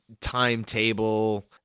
timetable